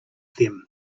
them